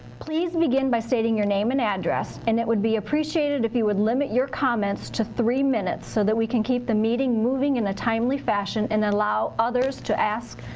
please begin by stating your name and address. and it would be appreciated if you would limit your comments to three minutes. so that we can keep the meeting moving in a timely fashion. and allow others to ask,